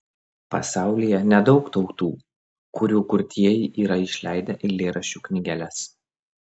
pasaulyje nedaug tautų kurių kurtieji yra išleidę eilėraščių knygeles